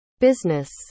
business